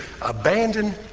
abandon